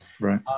right